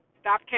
Stop